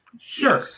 Sure